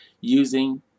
using